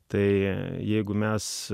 tai jeigu mes